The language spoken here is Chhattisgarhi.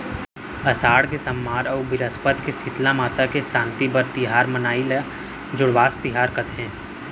असाड़ के सम्मार अउ बिरस्पत के सीतला माता के सांति बर तिहार मनाई ल जुड़वास तिहार कथें